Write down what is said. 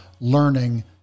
learning